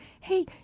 hey